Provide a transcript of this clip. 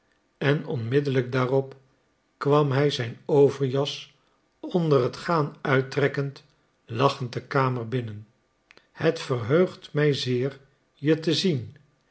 en onmiddellijk daarop kwam hij zijn overjas onder het gaan uittrekkend lachend de kamer in het verheugt mij zeer je te zien